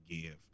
give